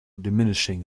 diminishing